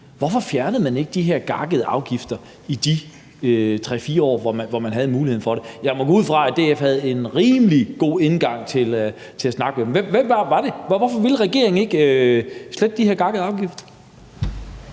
Hvorfor fjernede man ikke de her gakkede afgifter i de 3-4 år, hvor man havde muligheden for det? Jeg må gå ud fra, at DF havde en rimelig god indgang til at snakke med dem. Hvem var det? Hvorfor ville regeringen ikke slette de her gakkede afgifter?